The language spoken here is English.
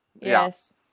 Yes